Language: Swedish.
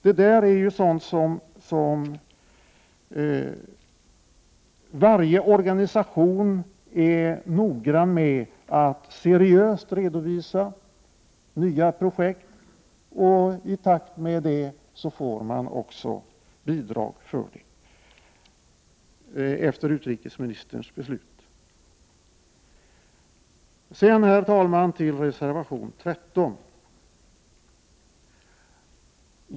Nya projekt är ju sådant som varje organisation är noggrann med att seriöst redovisa, och i takt därmed får man också bidrag efter utrikesministerns beslut. Sedan, herr talman, övergår jag till reservation 13.